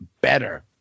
better